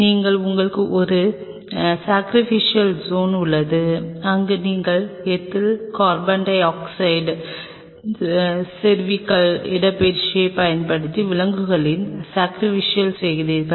நீங்கள் உங்களுக்கு ஒரு ஷகிரிபிசியல் ஸ்ஓன் உள்ளது அங்கு நீங்கள் ethyl carbon dioxide cervical இடப்பெயர்ச்சியைப் பயன்படுத்தி விலங்குகளை ஷகிரிபிசியல் செய்கிறீர்கள்